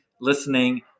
listening